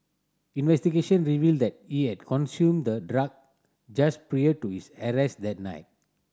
investigation revealed that he had consumed the drug just prior to his arrest that night